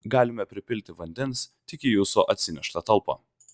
galime pripilti vandens tik į jūsų atsineštą talpą